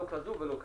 לא כזאת ולא כזאת.